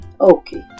Okay